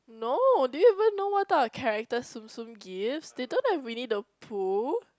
no do you even know what type of character Tsum-Tsum gives they don't have Winnie-the-Pooh